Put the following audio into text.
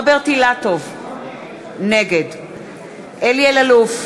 36, אחד נמנע.